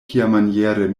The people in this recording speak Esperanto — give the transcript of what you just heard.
kiamaniere